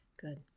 good